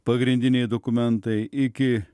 pagrindiniai dokumentai iki